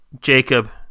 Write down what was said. Jacob